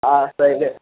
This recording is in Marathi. हा असं आहे काय